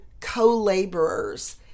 co-laborers